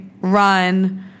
run